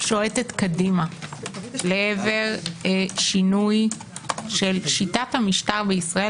שועטת קדימה לעבר שינוי של שיטת המשטר בישראל,